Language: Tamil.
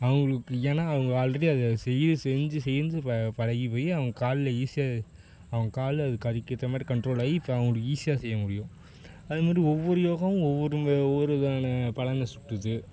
அவங்களுக்கு ஏன்னா அவங்க ஆல்ரெடி அதை செய்ய செஞ்சு செஞ்சு ப பழகிப்போய் அவங்க காலில் ஈஸியாக அவங்க கால் அதுக் அதுக்கேற்ற மாதிரி கண்ட்ரோலாகி இப்போ அவங்களுக்கு ஈஸியாக செய்ய முடியும் அது மாதிரி ஒவ்வொரு யோகாவும் ஒவ்வொரு ஒவ்வொரு விதமான பலனை சுட்டுது